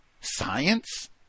science